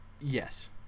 Yes